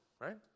right